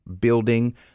building